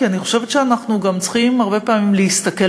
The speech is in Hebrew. כי אני חושבת שאנחנו גם צריכים הרבה פעמים להסתכל